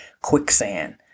quicksand